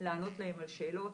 לענות להם על שאלות.